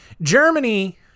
germany